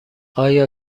آیا